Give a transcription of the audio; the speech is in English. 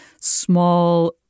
small